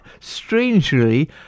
strangely